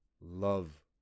love